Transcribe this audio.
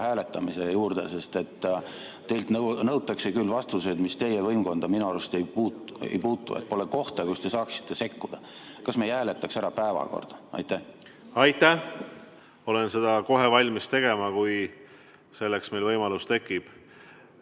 hääletamise juurde. Teilt nõutakse vastuseid, mis teie võimkonda minu arust ei puutu. Pole kohta, kus te saaksite sekkuda. Kas me ei hääletaks ära päevakorra? Aitäh! Olen seda kohe valmis tegema, kui selleks meil võimalus tekib.